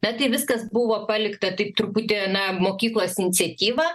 na tai viskas buvo palikta taip truputį na mokyklos iniciatyva